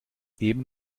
eben